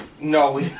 No